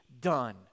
done